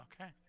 Okay